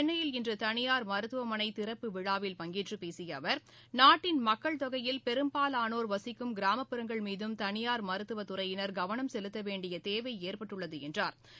சென்னையில் இன்று தனியார் மருத்துவமனை திறப்பு விழாவில் பங்கேற்று பேசிய அவர் நாட்டின் மக்கள் தொகையில் பெரும்பாலோர் வசிக்கும் கிராமபுறங்கள் மீதும் தனியார் மருத்துவ துறையினர் கவனம் செலுத்த வேண்டிய தேவை ஏற்பட்டுள்ளது என்றாா்